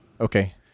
Okay